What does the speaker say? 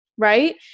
Right